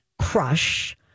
crush